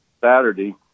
Saturday